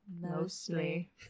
mostly